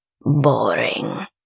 boring